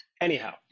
Anyhow